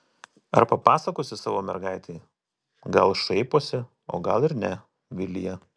ar papasakosi savo mergaitei gal šaiposi o gal ir ne vilija